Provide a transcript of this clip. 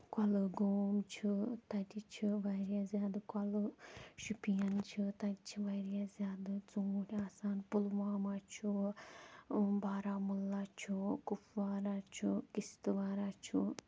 کۅلہٕ گوم چھِ تَتہِ چھِ واریاہ زیادٕ کۄلہٕ شُپِیَن چھِ تَتہِ چھِ واریاہ زیادٕ ژوٗنٛٹھۍ آسان پُلوامہِ چھُ بارہمولہ چھُ کپوارا چھُ کِستِوارا چھُ